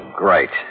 great